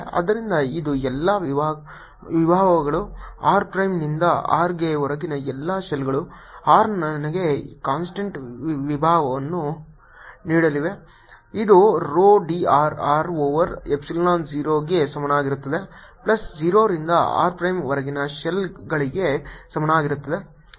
ಆದ್ದರಿಂದ ಇದು ಎಲ್ಲಾ ವಿಭವಗಳು R ಪ್ರೈಮ್ನಿಂದ R ಗೆ ಹೊರಗಿನ ಎಲ್ಲಾ ಶೆಲ್ಗಳು R ನನಗೆ ಕಾನ್ಸ್ಟಂಟ್ ವಿಭವವನ್ನು ನೀಡಲಿವೆ ಇದು rho d r r over epsilon 0 ಗೆ ಸಮಾನವಾಗಿರುತ್ತದೆ ಪ್ಲಸ್ 0 ರಿಂದ r ಪ್ರೈಮ್ವರೆಗಿನ ಶೆಲ್ಗಳಿಗೆ ಸಮಾನವಾಗಿರುತ್ತದೆ